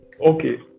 Okay